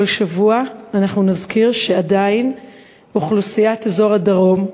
בכל שבוע אנחנו נזכיר שעדיין אוכלוסיית אזור הדרום,